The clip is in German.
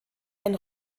ein